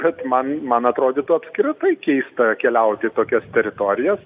kad man man atrodytų apskritai keista keliauti į tokias teritorijas